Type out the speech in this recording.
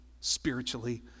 spiritually